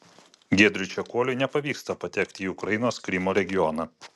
giedriui čekuoliui nepavyksta patekti į ukrainos krymo regioną